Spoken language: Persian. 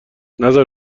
نزار